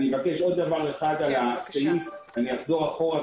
אחזור אחורה,